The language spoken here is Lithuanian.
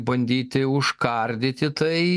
bandyti užkardyti tai